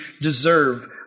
deserve